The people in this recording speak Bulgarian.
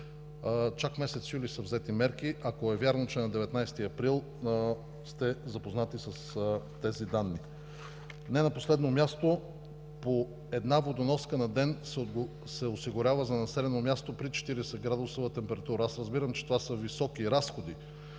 чак месец юли са взети мерки. Ако е вярно, че на 19 април сте запознати с тези данни. Не на последно място, по една водоноска на ден се осигурява за населено място при 40-градусова температура. Аз разбирам, че това са високи разходи